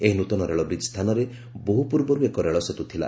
ଏହି ନୂତନ ରେଳ ବ୍ରିକ୍ ସ୍ଥାନରେ ବହୁ ପୂର୍ବରୁ ଏକ ରେଳ ସେତୁ ଥିଲା